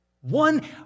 One